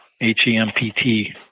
H-E-M-P-T